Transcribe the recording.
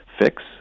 fix